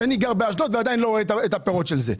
כשאני גר באשדוד ועדיין לא רואה את הפירות של זה?